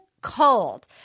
cold